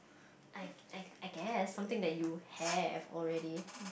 I I I guess something that you have already